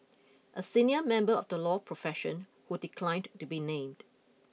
a senior member of the law profession who declined to be named